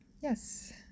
yes